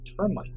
termite